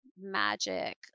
magic